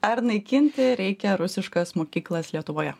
ar naikinti reikia rusiškas mokyklas lietuvoje